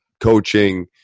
coaching